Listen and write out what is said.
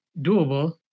doable